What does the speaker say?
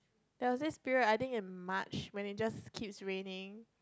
there was this period I think in March when it just keeps raining